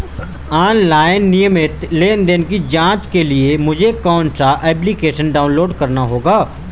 Online नियमित लेनदेन की जांच के लिए मुझे कौनसा एप्लिकेशन डाउनलोड करना होगा?